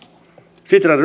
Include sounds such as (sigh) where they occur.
sitran (unintelligible)